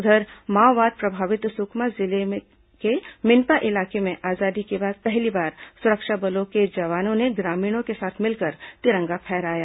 उधर माओवाद प्रभावित सुकमा जिले के मिनपा इलाके में आजादी के बाद पहली बार सुरक्षा बलों के जवानों ने ग्रामीणों के साथ मिलकर तिरंगा फहराया